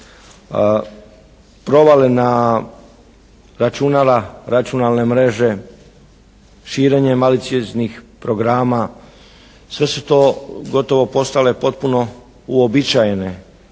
Provale na računala, računalne mreže, širenje malicioznih programa sve su to gotovo postale potpuno uobičajene